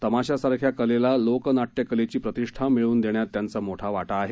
तमाशासारख्या कलेला लोकनाट्यकलेची प्रतिष्ठा मिळवून देण्यात त्यांचा मोठा वाटा आहे